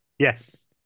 Yes